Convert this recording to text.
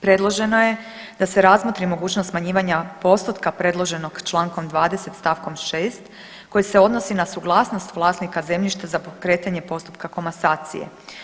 Predloženo je da se razmotri mogućnost smanjivanja postotka predloženog člankom 20., stavkom 6. koji se odnosi na suglasnost vlasnika zemljišta za pokretanje postupka komasacije.